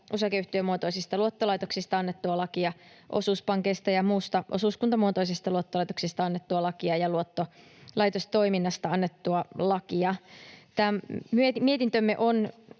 osakeyhtiömuotoisista luottolaitoksista annettua lakia, osuuspankeista ja muista osuuskuntamuotoisista luottolaitoksista annettua lakia ja luottolaitostoiminnasta annettua lakia. Tämä mietintömme on